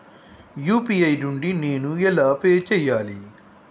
UPI నుండి నేను ఎలా పే చెయ్యాలి?